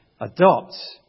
adopt